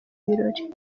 birori